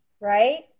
right